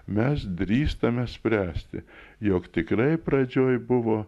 mes drįstame spręsti jog tikrai pradžioj buvo